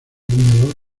húmedos